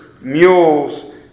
mules